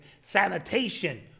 Sanitation